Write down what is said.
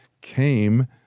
came